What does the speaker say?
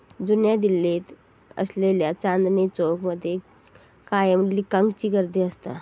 जुन्या दिल्लीत असलेल्या चांदनी चौक मध्ये कायम लिकांची गर्दी असता